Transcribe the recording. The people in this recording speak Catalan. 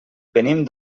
venim